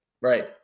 Right